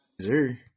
Sir